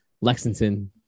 lexington